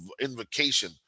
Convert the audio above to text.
invocation